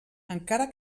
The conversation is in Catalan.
encara